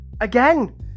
Again